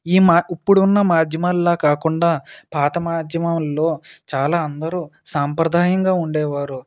ఈ మాధ్య ఇప్పుడు ఉన్న మాధ్యమాలాగా కాకుండా పాత మాధ్యమాలలో చాలా అందరు సాంప్రదాయంగా ఉండేవారు